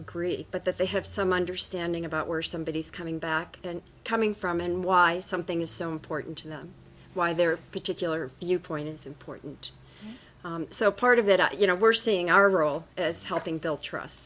agree but that they have some understanding about where somebody is coming back and coming from and why something is so important to them why their particular viewpoint is important so part of that you know we're seeing our role as helping build trust